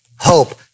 hope